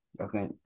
Okay